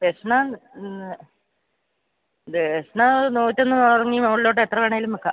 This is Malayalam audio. ദക്ഷിണ ദക്ഷിണ നൂറ്റൊന്ന് തുടങ്ങി മുകളിലോട്ട് എത്ര വേണേലും വയ്ക്കാം